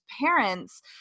parents